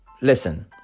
Listen